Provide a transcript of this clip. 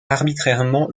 arbitrairement